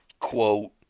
quote